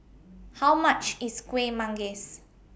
How much IS Kuih Manggis